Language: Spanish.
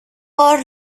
por